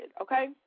okay